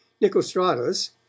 Nicostratus